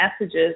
messages